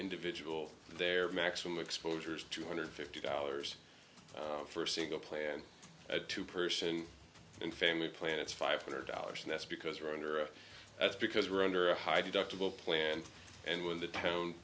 individual their maximum exposure is two hundred fifty dollars for a single plan a two person and family plan it's five hundred dollars and that's because we're under that's because we're under a high deductible plan and when the town